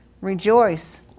rejoice